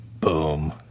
Boom